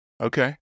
Okay